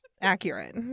Accurate